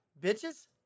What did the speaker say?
bitches